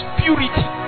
purity